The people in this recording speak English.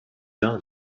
done